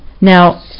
Now